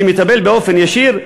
שמטפל באופן ישיר,